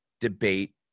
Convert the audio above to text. debate